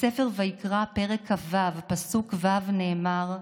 בספר ויקרא, פרק כ"ו, פסוק ו', נאמר: